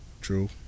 True